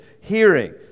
hearing